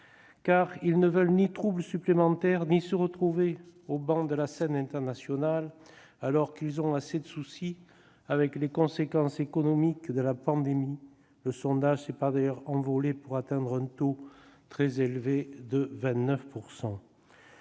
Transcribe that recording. car ils ne veulent ni trouble supplémentaire ni se retrouver au ban de la scène internationale, alors qu'ils auront assez de soucis avec les conséquences économiques de la pandémie. Le chômage s'est d'ailleurs envolé pour atteindre le taux très élevé de 29 %.